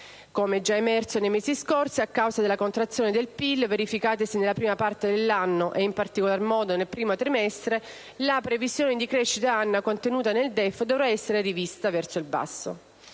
Come già emerso nei mesi scorsi, a causa della contrazione del PIL verificatasi nella prima parte dell'anno, e in particolar modo nel primo trimestre, la previsione di crescita annua contenuta nel DEF (...) dovrà essere rivista verso il basso».